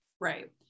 Right